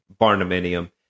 barnuminium